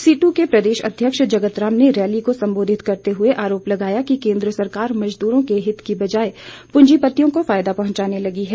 situ के प्रदेश अध्यक्ष जगतराम ने रैली को संबोधित करते हुए आरोप लगाया कि केंद्र सरकार मजदूरों के हित के बजाय पूंजीपतियों को फायदा पहुंचाने में लगी है